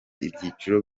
ibyiciro